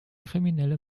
kriminelle